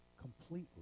completely